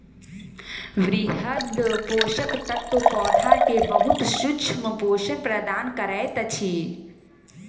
वृहद पोषक तत्व पौधा के बहुत सूक्ष्म पोषण प्रदान करैत अछि